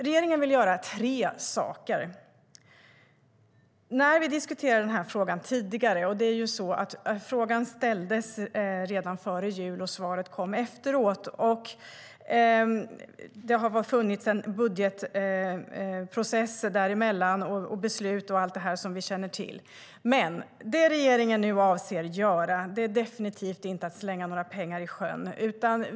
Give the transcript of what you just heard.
Regeringen vill göra tre saker. Vi diskuterade frågan tidigare. Frågan ställdes redan före jul, och svaret kom efteråt. Det har funnits en budgetprocess däremellan, beslut och allt det som vi känner till. Det regeringen nu avser att göra är definitivt inte att slänga några pengar i sjön.